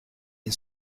این